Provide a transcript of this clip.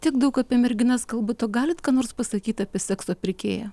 tiek daug apie merginas kalbat o galit ką nors pasakyt apie sekso pirkėją